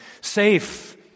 safe